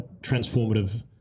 transformative